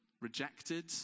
rejected